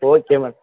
okay ma'am